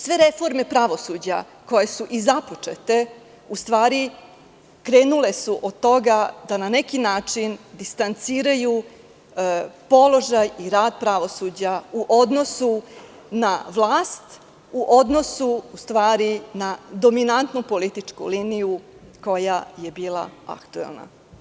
Sve reforme pravosuđa koje su i započete su u stvari krenule od toga da na neki način distanciraju položaj i rad pravosuđa u odnosu na vlast, u odnosu na dominantnu političku liniju koja je bila aktuelna.